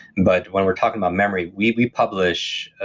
but when we're talking about memory, we we publish.